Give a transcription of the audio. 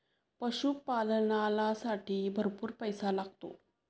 पशुपालनालासाठीही भरपूर पैसा लागतो